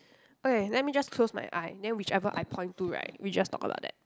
okay let me just close my eye then whichever I point to right we just talk about that